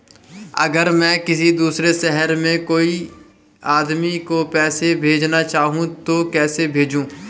अगर मैं किसी दूसरे शहर में कोई आदमी को पैसे भेजना चाहूँ तो कैसे भेजूँ?